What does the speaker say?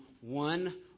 one